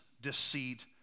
deceit